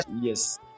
yes